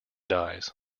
dies